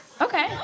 okay